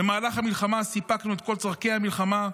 במהלך המלחמה סיפקנו את כל צורכי המלחמה,